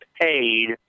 paid